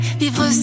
vivre